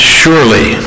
surely